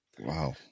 Wow